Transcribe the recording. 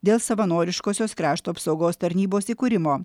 dėl savanoriškosios krašto apsaugos tarnybos įkūrimo